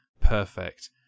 perfect